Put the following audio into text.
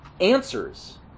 answers